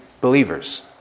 believers